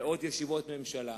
מאות ישיבות ממשלה,